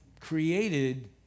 created